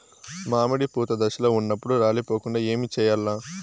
మామిడి పూత దశలో ఉన్నప్పుడు రాలిపోకుండ ఏమిచేయాల్ల?